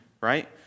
right